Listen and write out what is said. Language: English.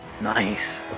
Nice